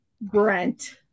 Brent